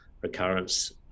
recurrence